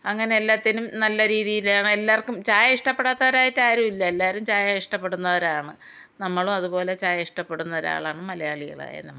അങ്ങനെ എല്ലാത്തിനും നല്ല രീതിയിൽ എല്ലാവർക്കും ചായ ഇഷ്ട്ടപ്പെടാത്തവരായിട്ട് ആരുമില്ല എല്ലാവരും ചായ ഇഷ്ടപ്പെടുന്നവരാണ് നമ്മൾ അതുപോലെ ചായ ഇഷ്ടപ്പെടുന്ന ഒരാളാണ് മലയാളികളായ നമ്മളും